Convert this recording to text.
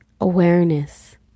Awareness